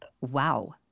Wow